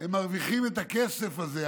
הם מרוויחים את הכסף הזה.